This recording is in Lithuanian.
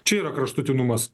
čia yra kraštutinumas